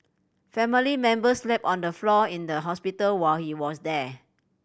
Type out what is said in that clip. family members slept on the floor in the hospital while he was there